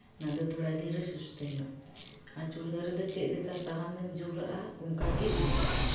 ᱚᱱᱟ ᱫᱚ ᱛᱷᱚᱲᱟ ᱫᱷᱤᱨᱮᱹ ᱥᱩᱥᱛᱤ ᱧᱚᱜ ᱟᱨ ᱪᱩᱞᱦᱟᱹ ᱨᱮᱫᱚ ᱪᱮᱫᱞᱮᱠᱟ ᱥᱟᱦᱟᱱᱮᱢ ᱡᱩᱞᱟᱜᱼᱟ ᱚᱱᱠᱟ ᱜᱮ ᱦᱩᱭᱩᱜᱼᱟ